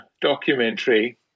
documentary